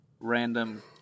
random